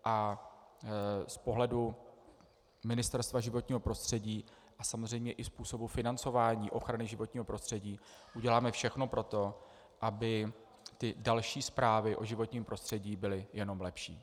Z pohledu Ministerstva životního prostředí a samozřejmě i způsobu financování ochrany životního prostředí uděláme všechno proto, aby další zprávy o životním prostředí byly jenom lepší.